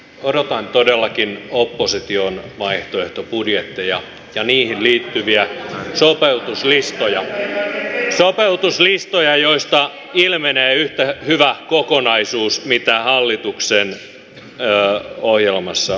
odotan todellakin opposition vaihtoehtobudjetteja ja niihin liittyviä sopeutuslistoja sopeutuslistoja joista ilmenee yhtä hyvä kokonaisuus kuin hallituksen ohjelmassa on